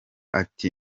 ati